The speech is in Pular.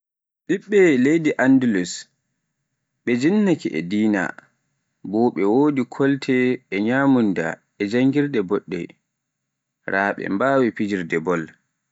ɓiɓɓe leydi Andulus ɓe jinnaki e dina, bo ɓe wodi kolte e nyamunda e janngirde boɗɗe raa be mbawi fijirde bol.